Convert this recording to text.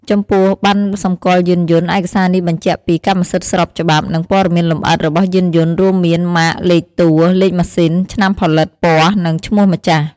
ចំពោះ ប័ណ្ណសម្គាល់យានយន្ត ឯកសារនេះបញ្ជាក់ពី កម្មសិទ្ធិស្របច្បាប់ និងព័ត៌មានលម្អិតរបស់យានយន្ត រួមមាន ម៉ាក លេខតួ លេខម៉ាស៊ីន ឆ្នាំផលិត ពណ៌ និងឈ្មោះម្ចាស់។